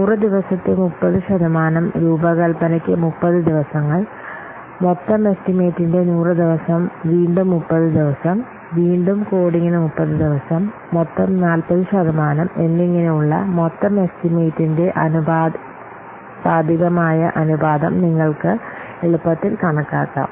100 ദിവസത്തെ 30 ശതമാനം രൂപകൽപ്പനയ്ക്ക് 30 ദിവസങ്ങൾ മൊത്തം എസ്റ്റിമേറ്റിന്റെ 100 ദിവസം വീണ്ടും 30 ദിവസം വീണ്ടും കോഡിംഗിന് 30 ദിവസം മൊത്തം 40 ശതമാനം എന്നിങ്ങനെയുള്ള മൊത്തം എസ്റ്റിമേറ്റിന്റെ ആനുപാതികമായ അനുപാതം നിങ്ങൾക്ക് എളുപ്പത്തിൽ കണക്കാക്കാം